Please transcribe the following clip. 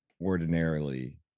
ordinarily